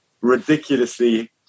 ridiculously